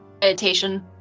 meditation